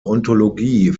ontologie